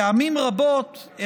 פעמים רבות,